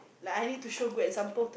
like I need to show good some examples